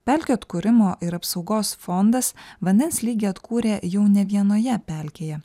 pelkių atkūrimo ir apsaugos fondas vandens lygį atkūrė jau ne vienoje pelkėje